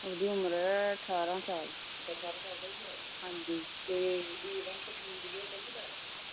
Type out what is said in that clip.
उ'दी उमर ऐ ठारां साल हां जी ते